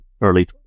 early